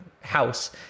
house